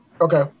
Okay